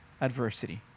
adversity